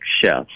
chefs